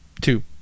Two